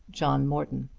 john morton.